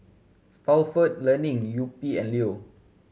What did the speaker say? Stalford Learning Yupi and Leo